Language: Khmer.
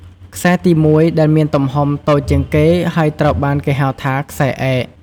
ខ្សែទី ១ ដែលមានទំហំ តូចជាងគេ ហើយត្រូវបានគេហៅថា ខ្សែឯក។